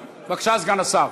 בבקשה, סגן השר.